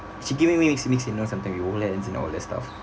she giving me mix mix you know something we hold hands and all that stuff